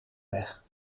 weg